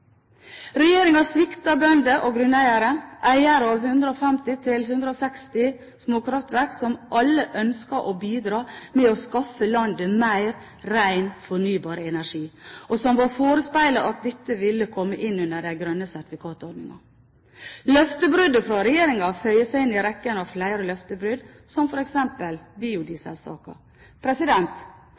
og grunneiere, eiere av 150–160 småkraftverk som alle ønsket å bidra til å skaffe landet mer ren fornybar energi, og som var forespeilet at dette ville komme inn under den grønne sertifikat-ordningen. Løftebruddet fra regjeringen føyer seg inn i rekken av flere løftebrudd, som